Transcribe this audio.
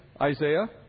Isaiah